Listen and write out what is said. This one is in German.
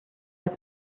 als